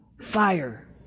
fire